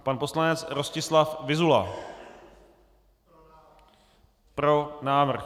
Pan poslanec Rostislav Vyzula: Pro návrh.